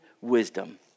wisdom